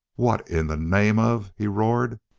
what in the name of he roared.